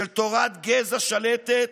של תורת גזע שלטת,